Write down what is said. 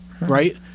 right